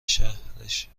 شهرش